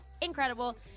incredible